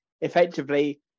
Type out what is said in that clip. effectively